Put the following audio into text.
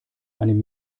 einem